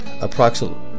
Approximately